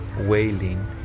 wailing